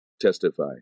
testify